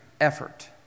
effort